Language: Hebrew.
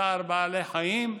צער בעלי חיים,